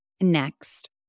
next